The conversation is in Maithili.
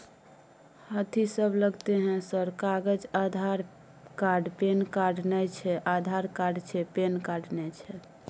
कथि सब लगतै है सर कागज आधार कार्ड पैन कार्ड नए छै आधार कार्ड छै पैन कार्ड ना छै?